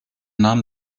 namen